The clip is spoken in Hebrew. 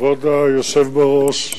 כבוד היושב בראש,